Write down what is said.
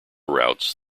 routes